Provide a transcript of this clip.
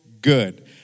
good